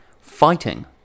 fighting